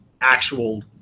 actual